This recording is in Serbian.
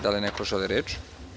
Da li neko želi reč?